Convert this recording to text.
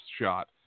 shot